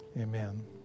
Amen